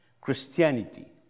Christianity